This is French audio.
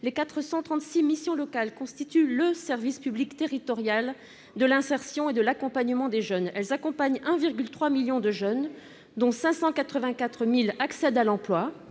Les 436 missions locales constituent le service public territorial de l'insertion et de l'accompagnement des jeunes par excellence. Elles accompagnent 1,3 million de jeunes, dont 584 000 accèdent à l'emploi,